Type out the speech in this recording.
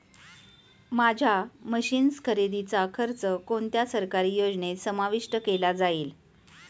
माझ्या मशीन्स खरेदीचा खर्च कोणत्या सरकारी योजनेत समाविष्ट केला जाईल?